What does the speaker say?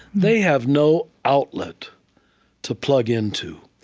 they have no outlet to plug into.